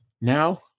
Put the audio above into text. Now